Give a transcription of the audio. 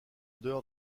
dehors